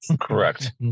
correct